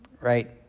right